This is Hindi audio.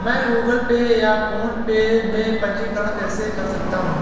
मैं गूगल पे या फोनपे में पंजीकरण कैसे कर सकता हूँ?